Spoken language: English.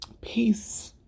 peace